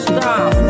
Stop